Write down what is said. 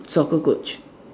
soccer coach